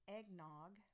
Eggnog